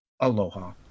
Aloha